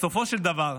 בסופו של דבר,